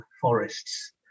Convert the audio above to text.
forests